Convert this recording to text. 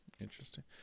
Interesting